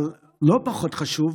אבל לא פחות חשוב,